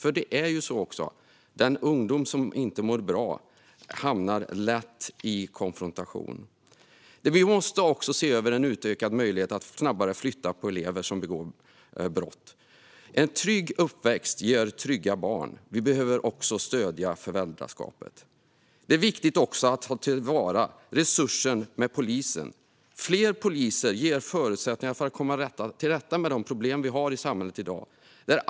Den ungdom som inte mår bra hamnar nämligen lätt i konfrontation. Vi måste också se över en utökad möjlighet att snabbare flytta på elever som begår brott. En trygg uppväxt ger trygga barn. Vi behöver även stödja föräldraskapet. Det är också viktigt att ta till vara resurser hos polisen. Fler poliser ger förutsättningar för att komma till rätta med de problem vi har i samhället i dag.